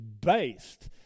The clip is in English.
based